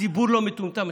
הציבור לא מטומטם.